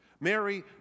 Mary